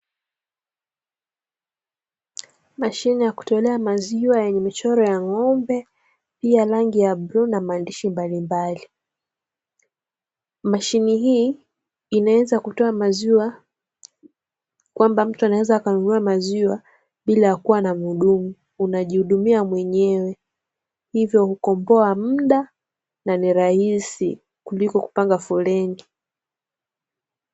Mashine ya kutolea maziwa yenye michoro ya ng'ombe, ya rangi ya bluu na maandishi mbalilmbali, mashine hii inaweza kutoa maziwa, kwamba mtu anaweza kutoa maziwa bila ya kuwa na muhudumu, unajihudumia mwenyewe, hivyo hukomboa muda na ni rahisi kuliko kupanga foleni.